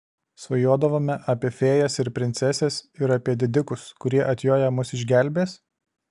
svajodavome apie fėjas ir princeses ir apie didikus kurie atjoję mus išgelbės